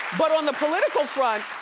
but on the political front,